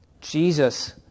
Jesus